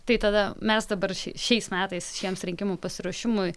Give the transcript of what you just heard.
tai tada mes dabar ši šiais metais šiems rinkimų pasiruošimui